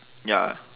ya